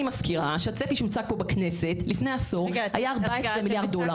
אני מזכירה שהצפי שהוצג פה בכנסת לפני עשור היה 14 מיליארד דולר.